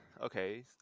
okay